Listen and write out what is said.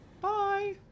Bye